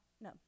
no